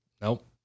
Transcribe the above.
nope